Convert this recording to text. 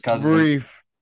Brief